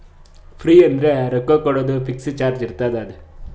fee ಅಂದುರ್ ರೊಕ್ಕಾ ಕೊಡೋದು ಫಿಕ್ಸ್ ಚಾರ್ಜ್ ಇರ್ತುದ್ ಅದು